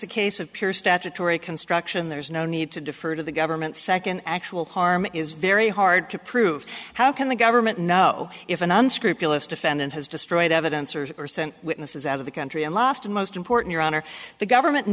a case of pure statutory construction there's no need to defer to the government second actual harm is very hard to prove how can the government know if an unscrupulous defendant has destroyed evidence or are sent witnesses out of the country and lost most important your honor the government